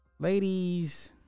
Ladies